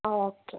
okay